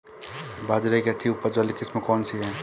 बाजरे की अच्छी उपज वाली किस्म कौनसी है?